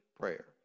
prayer